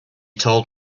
told